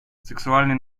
сексуальные